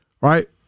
right